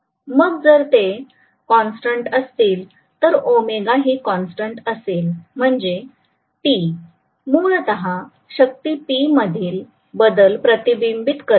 मग जर ते कॉन्स्टंट असतील तर ओमेगा ही कॉन्स्टंट असेल म्हणजे Te मूलतः शक्ती P मधील बदल प्रतिबिंबित करते